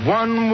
one